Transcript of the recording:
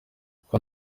kuko